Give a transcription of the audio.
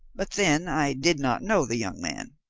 but then i did not know the young man.